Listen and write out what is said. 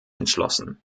entschlossen